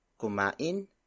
Kumain